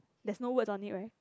there's no words on it right